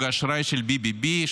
דירוג האשראי של BBB,